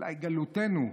אולי גלותנו,